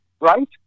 right